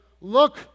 Look